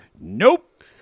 nope